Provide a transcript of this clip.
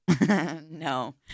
No